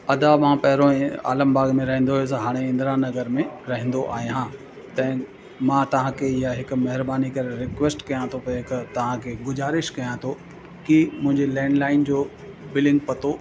अदा मां पहिरों इहे आलमबाग़ में रहंदो हुअसि हाणे इंदिरा नगर में रहंदो आहियां तंहिं मां तव्हांखे इहा हिकु महिरबानी करे रिक्वैस्ट कयां थो पिया हिकु तव्हांखे गुज़ारिश कयां थो की मुंहिंजे लैंडलाइन जो बिलिंग पतो